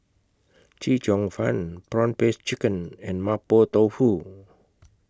Chee Cheong Fun Prawn Paste Chicken and Mapo Tofu